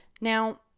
Now